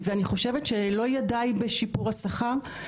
ואני חושבת שלא יהיה די בשיפור השכר.